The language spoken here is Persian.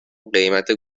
قیمت